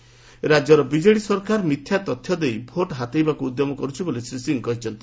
ରାକ୍ୟର ବିଜେଡ଼ି ସରକାର ମିଥ୍ୟା ତଥ୍ୟ ଦେଇ ଭୋଟ୍ ହାତେଇବାକୁ ଉଦ୍ୟମ କରୁଛି ବୋଲି ଶ୍ରୀ ସିଂ କହିଛନ୍ତି